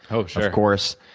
oh sure. of course.